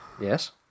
Yes